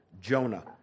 Jonah